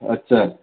আচ্ছা